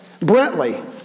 Brentley